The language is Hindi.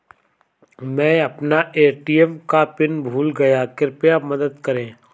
मै अपना ए.टी.एम का पिन भूल गया कृपया मदद करें